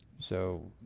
so